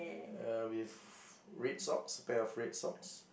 uh with red socks a pair of red socks